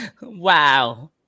Wow